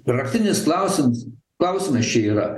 raktinis klausimas klausimas čia yra